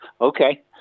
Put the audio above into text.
okay